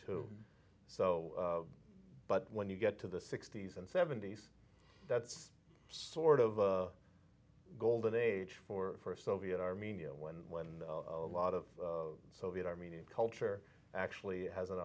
two so but when you get to the sixty's and seventy's that's sort of a golden age for first soviet armenia when when a lot of soviet armenian culture actually has an